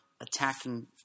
attacking